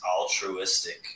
altruistic